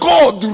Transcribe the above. God